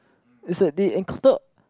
is a they encounter